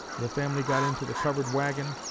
the family got into the covered wagon,